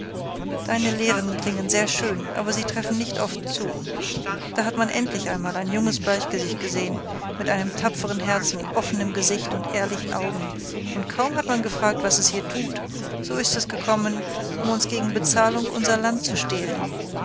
deine lehren klingen sehr schön aber sie treffen nicht oft zu da hat man endlich einmal ein junges bleichgesicht gesehen mit einem tapferen herzen offenem gesicht und ehrlichen augen und kaum hat man gefragt was es hier tut so ist es gekommen um uns gegen bezahlung unser land zu stehlen